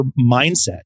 mindset